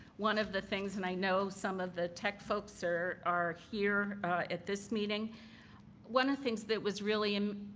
one of the things, and i know some of the tech folks are are here at this meeting one of the things that was really,